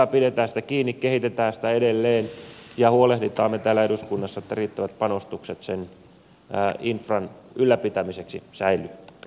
pidetään siitä kiinni kehitetään sitä edelleen ja huolehditaan täällä eduskunnassa että riittävät panostukset sen infran ylläpitämiseksi säilyvät